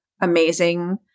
amazing